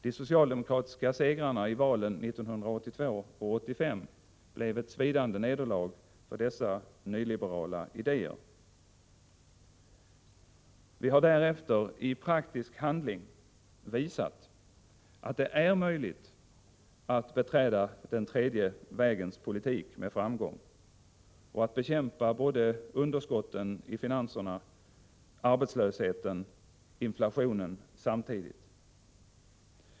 De socialdemokratiska segrarna i valen 1982 och 1985 blev ett svidande nederlag för dessa nyliberala idéer. Vi har därefter i praktisk handling visat att det är möjligt att bedriva den tredje vägens politik med framgång och att bekämpa både underskott i finanserna, arbetslöshet och inflation samtidigt.